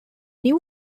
new